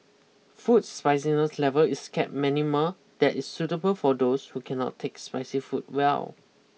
food spiciness level is kept minimal that is suitable for those who cannot take spicy food well